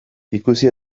ikusi